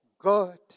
God